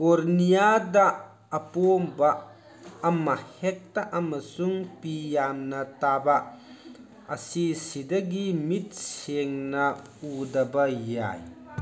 ꯀꯣꯔꯅꯤꯌꯥꯗ ꯑꯄꯣꯝꯕ ꯑꯃ ꯍꯦꯛꯇ ꯑꯃꯁꯨꯡ ꯄꯤ ꯌꯥꯝꯅ ꯇꯥꯕ ꯑꯁꯤꯁꯤꯗꯒꯤ ꯃꯤꯠ ꯁꯦꯡꯅ ꯎꯗꯕ ꯌꯥꯏ